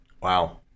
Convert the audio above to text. Wow